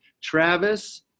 Travis